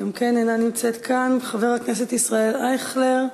גם כן אינה נמצאת כאן, חבר הכנסת ישראל אייכלר,